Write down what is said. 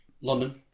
London